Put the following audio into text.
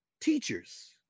teachers